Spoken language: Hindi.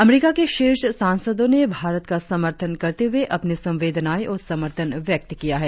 अमरीका के शीर्ष सांसदो ने भारत का समर्थन करते हुए अपनी संवेदनाएं और समर्थन व्यक्त किया है